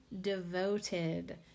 devoted